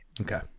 Okay